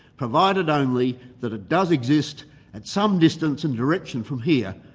provided only that it does exist at some distance and direction from here,